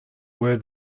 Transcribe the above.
were